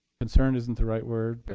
concerned isn't the right word, but